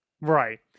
Right